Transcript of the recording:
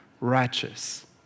righteous